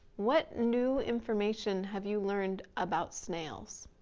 what new information have you learned about snails?